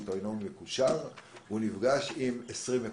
הוא עיתונאי מקושר והוא נפגש עם 20 שמקורות.